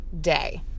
day